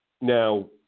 Now